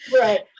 right